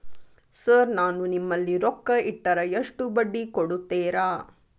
Sir ನಾನು ನಿಮ್ಮಲ್ಲಿ ರೊಕ್ಕ ಇಟ್ಟರ ಎಷ್ಟು ಬಡ್ಡಿ ಕೊಡುತೇರಾ?